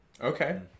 Okay